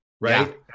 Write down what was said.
Right